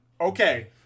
okay